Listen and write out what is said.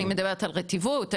אני מדברת על רטיבות,